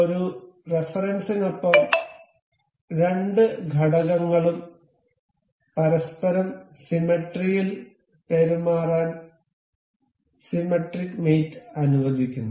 ഒരു റഫറൻസിനൊപ്പം രണ്ട് ഘടകങ്ങളും പരസ്പരം സിമെട്രിയിൽ പെരുമാറാൻ സിമെട്രിക് മേറ്റ് അനുവദിക്കുന്നു